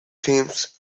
themes